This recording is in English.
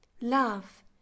Love